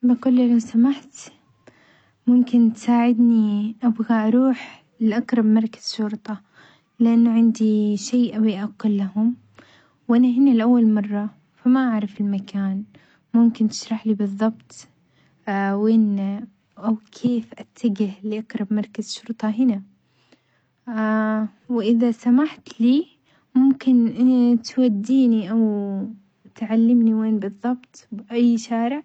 بقول له لو سمحت ممكن تساعدني أبغى أروح لأقرب مركز شرطة لأنه عندي شيء أبي أقوله لهم وأنا هني لأول مرة فما أعرف المكان، ممكن تشرحلي بالظبط وين أو كيف أتجه لأقرب مركز شرطة هنا، وإذا سمحت لي ممكن توديني أو تعلمني وين بالظبط بأي شارع.